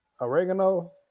Oregano